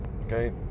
Okay